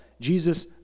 Jesus